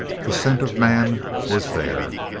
the scent of man was there.